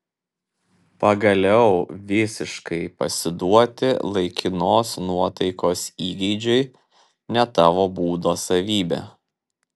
pagaliau visiškai pasiduoti laikinos nuotaikos įgeidžiui ne tavo būdo savybė